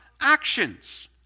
actions